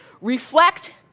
Reflect